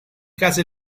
case